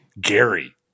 Gary